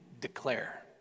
declare